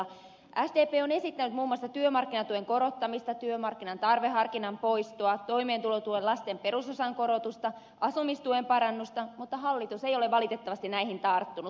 sdp on esittänyt muun muassa työmarkkinatuen korottamista työmarkkinatuen tarveharkinnan poistoa toimeentulotuen lasten perusosan korotusta asumistuen parannusta mutta hallitus ei ole valitettavasti näihin tarttunut